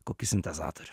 kokį sintezatorių